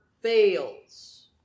fails